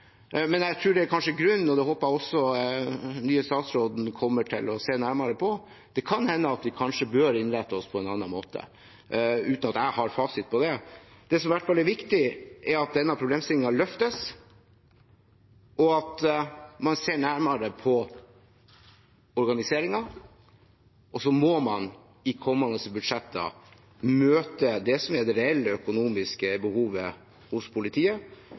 men jeg tror – og det håper jeg også den nye statsråden kommer til å se nærmere på – at kan hende bør vi innrette oss på en annen måte, uten at jeg har fasiten på det. Det som i hvert fall er viktig, er at denne problemstillingen løftes, og at man ser nærmere på organiseringen. Og så må man i kommende budsjetter møte det som er det reelle økonomiske behovet hos politiet,